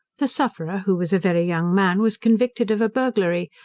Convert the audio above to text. the sufferer, who was a very young man, was convicted of a burglary,